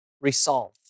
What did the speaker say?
resolve